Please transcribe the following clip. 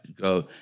go